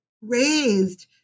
raised